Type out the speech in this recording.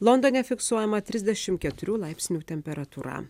londone fiksuojama trisdešimt keturių laipsnių temperatūra